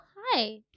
Hi